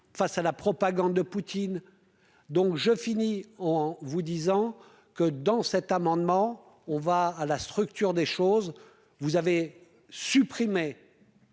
face à la propagande de Poutine, donc je finis en vous disant que dans cet amendement, on va à la structure des choses vous avez supprimé